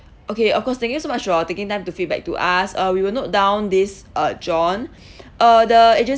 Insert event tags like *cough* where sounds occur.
okay of course thank you so much for taking time to feedback to us uh we will note down this uh john *breath* uh the agen~